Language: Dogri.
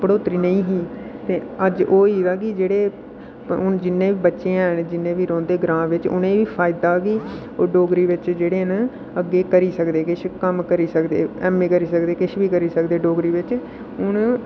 बढ़ोतरी नेईं ही ते अज्ज ओह् होई दा कि अज्ज जेह्ड़े हून जिन्ने बी बच्चें हैन जिन्ने बी रौंहदे ग्रांऽ बिच्च उ'नें ई फायदा बी डोगरी बिच्च जेह्ड़े न अग्गै करी सकदे किश कम्म करी सकदे ऐम्म ए करी सकदे किश ही करी सकदे डोगरी बिच्च हून